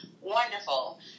Wonderful